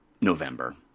November